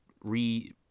re